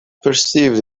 perceived